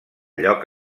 lloc